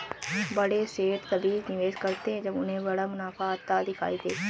बड़े सेठ तभी निवेश करते हैं जब उन्हें बड़ा मुनाफा आता दिखाई दे